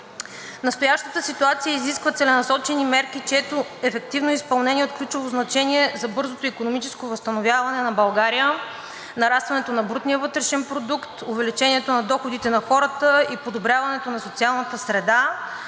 Настоящата ситуация изисква целенасочени мерки, чието ефективно изпълнение е от ключово значение за бързото икономическо възстановяване на България, нарастването на брутния вътрешен продукт, увеличението на доходите на хората и подобряването на социалната среда.